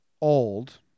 old